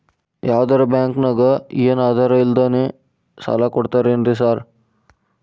ಯಾವದರಾ ಬ್ಯಾಂಕ್ ನಾಗ ಏನು ಆಧಾರ್ ಇಲ್ದಂಗನೆ ಸಾಲ ಕೊಡ್ತಾರೆನ್ರಿ ಸಾರ್?